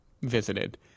visited